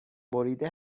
بریده